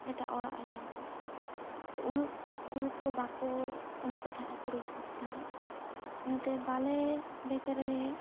ᱮᱴᱟᱜ ᱚᱲᱟᱜ ᱨᱮ ᱪᱟᱞᱟᱜᱼᱟ ᱛᱚ ᱩᱱᱟᱜ ᱜᱩᱨᱩᱛᱛᱚ ᱵᱟᱠᱚ ᱮᱢᱚᱜ ᱛᱟᱦᱮᱸ ᱠᱩᱲᱤ ᱜᱤᱫᱽᱨᱟᱹ ᱪᱮᱛᱟᱱ ᱨᱮ ᱚᱱᱟᱛᱮ ᱵᱟᱞᱮ ᱵᱮᱠᱟᱨᱮ